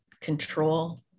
control